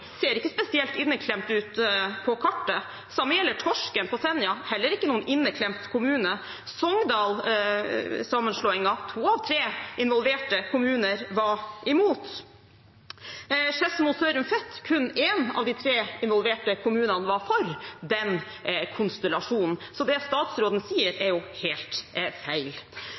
ser ikke spesielt inneklemt ut på kartet. Det samme gjelder Torsken, på Senja – det er heller ikke noen inneklemt kommune. Når det gjelder Sogndal-sammenslåingen, var to av tre involverte kommuner imot. Angående Skedsmo, Sørum og Fet var kun én av de tre involverte kommunene for den konstellasjonen. Så det statsråden sier, er helt feil.